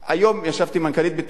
היום ישבתי עם מנכ"לית הביטוח הלאומי,